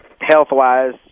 health-wise